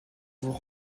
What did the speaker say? vous